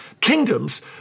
kingdoms